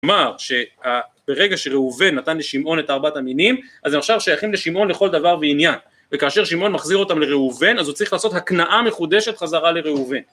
כלומר, שברגע שראובן נתן לשמעון את ארבעת המינים, אז הם עכשיו שייכים לשמעון לכל דבר ועניין. וכאשר שמעון מחזיר אותם לראובן, אז הוא צריך לעשות הקנאה מחודשת חזרה לראובן.